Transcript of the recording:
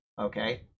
okay